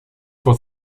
for